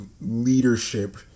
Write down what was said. leadership